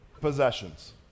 possessions